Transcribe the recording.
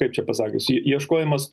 kaip čia pasakius jį ieškojimas